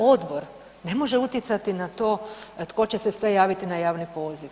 Odbor ne može utjecati na to tko će se sve javiti na javni poziv.